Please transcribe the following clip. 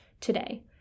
today